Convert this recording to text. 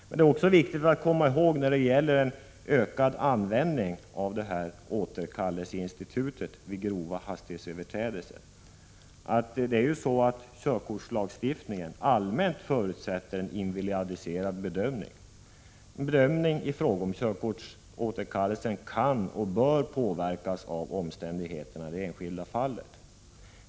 Men det är också viktigt att komma ihåg att körkortslagstiftningen när det gäller en ökad användning av återkallelseinstitutet vid grova hastighetsöverträdelser allmänt förutsätter en individualiserad bedömning. Bedömningen i fråga om körkortsåterkallelse kan och bör påverkas av omständigheterna i det enskilda fallet.